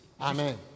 Amen